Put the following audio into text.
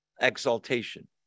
exaltation